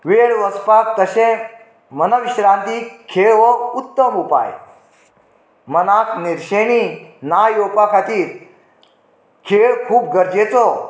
वेळ वचपाक तशेंच मनविश्रांतीक खेळ हो उत्तम उपाय मनाक निर्शेणी ना येवपा खातीर खेळ खूब गरजेचो